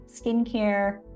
skincare